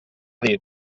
dit